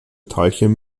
teilchen